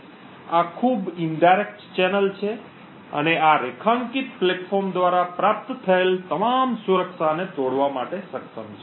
આ ખૂબ પરોક્ષ ચેનલ છે અને આ રેખાંકિત પ્લેટફોર્મ દ્વારા પ્રાપ્ત થયેલ તમામ સુરક્ષાને તોડવા માટે સક્ષમ છે